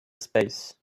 space